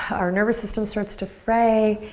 our nervous system starts to fray,